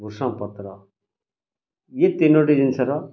ଭୃସଙ୍ଗ ପତ୍ର ୟେ ତିନୋଟି ଜିନିଷର